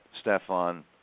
Stefan